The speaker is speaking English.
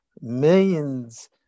millions